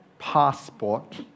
passport